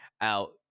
out